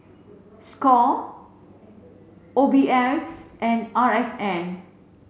Score O B S and R S N